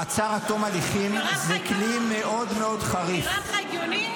מעצר עד תום הליכים זה כלי מאוד מאוד חריף -- נראה לך הגיוני?